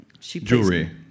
Jewelry